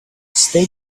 stay